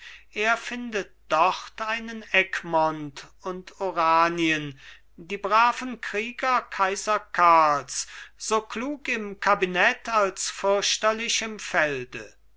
er findet dort einen egmont und oranien die braven krieger kaiser karls so klug im kabinett als fürchterlich im felde